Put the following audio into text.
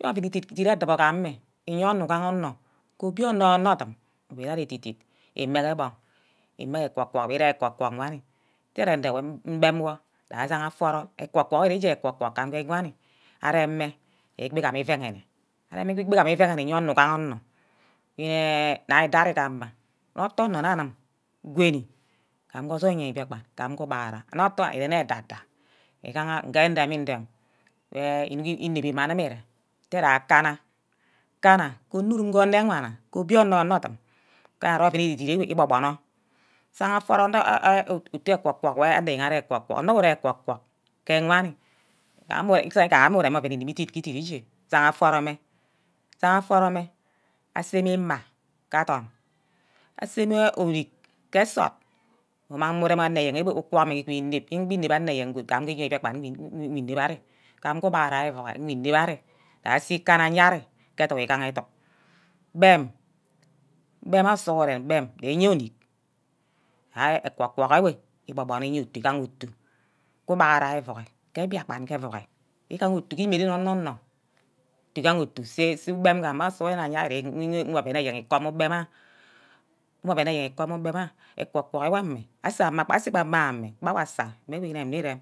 ke oven edit edubor gameh iye onor ugaha onor ke obiono onor ordum, ire ari edidit imnghe gbong, imageh egwor-gwor wanni kere mbem wor ajang aforo egwor-gwor wirey egwor-gwor wanni aremme egbi gameh ivegne, arem mme gba egam ivene uyor onor yene nna idai ari ga'ama ortor onor nna anim gma ke osoil ani mbiakpan, gam ge osoil ani ubaghara onotu irene eda-da, igaha nge ndemi-dem enebe mme anim ere nte gha kanna, kanna ke onurum ge ane wana, obionor, onor ordum, kana je oven edi-dit wor ibinor sagha aforo utu egwor- gwor wor anor eyen arear egwor-gwor anor wu rear egwor-gwor ke wanni sai ame uru rem oven ukuba idit, ke idit enwe jagha aforomme, jagha oforo me aseme ima ke adorn aseme orick ke nsord, umang mme ureme ane yen, ugwor mme inep, ingo inep anor ayen kemin ke mbiakpan ngu inep ari, gam ke ugaghara evuro ngu nep ari ase ikanna aye ari ke edug egaha edug gbem gbem awor sughuren gbem ndi yor orick ah egwor-gwor ewe igbor-bonor igaha oh, ke ubaghara ewuror, ke mbiakpan ke evuror, igaha otu ime-meren onor-nor igaha otu seh ugbem gameh aye ari je oven eyen ikame ugbem am, je oven eyen ikame ubem am, egwor-gwor ga amain asay gba ama ame gba wor asa mme nge igonor nne irem.